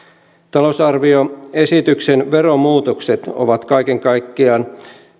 talousarvioesityksen veromuutokset ovat kaiken kaikkiaan